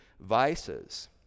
vices